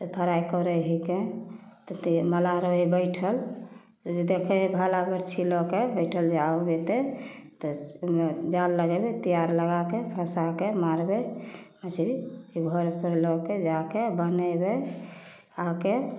तऽ फ्राइ करै हैके तेलमे तऽ ते मलाह रहै हइ बैठल जे देखै हइ भाला बरछी लऽके बैठल जे आब होतै तऽ ओहिमे जाल लगेबै तैयार लगाके फँसाके मारबै मछरी ई घर पर लऽके जाके बनेबै आके